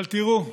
אבל תראו,